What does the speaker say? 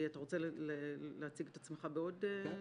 אתה רוצה להציג את עצמך בעוד טייטלים?